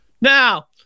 Now